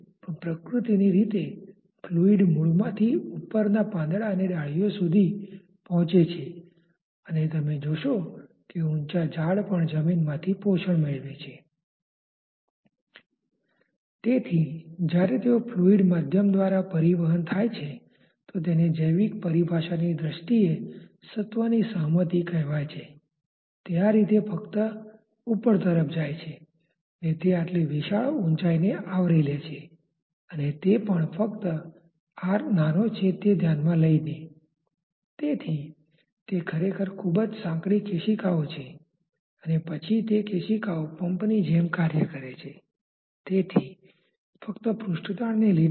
તો ચાલો આપણે નિયંત્રણ વોલ્યુમકંટ્રોલ વોલ્યુમ ની વૈકલ્પિક પસંદગી સાથે અલગ રેખાચિત્ર દોરવાનો પ્રયત્ન કરીએ નિયંત્રણ વોલ્યુમની કંટ્રોલ વોલ્યુમની વૈકલ્પિક પસંદગી